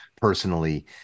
personally